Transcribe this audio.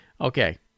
Okay